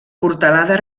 portalada